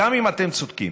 גם אם אתם צודקים,